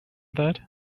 that